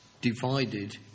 divided